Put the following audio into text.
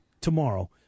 tomorrow